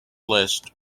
list